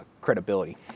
credibility